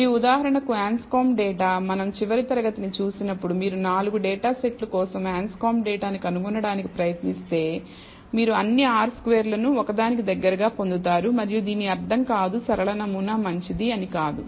మరియు ఉదాహరణకు Anscombe data మనం చివరి తరగతిని చూసినప్పుడు మీరు 4 డేటాసెట్లు కోసం Anscombe డేటాను కనుగొనడానికి ప్రయత్నిస్తే మీరు అన్ని r స్క్వేర్లను ఒకదానికి దగ్గరగా పొందుతారు మరియు దీని అర్థం కాదు సరళ నమూనా మంచిది అని కాదు